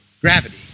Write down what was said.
gravity